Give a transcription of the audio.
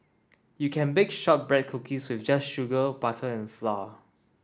you can bake shortbread cookies just sugar butter and flour